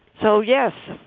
so, yes,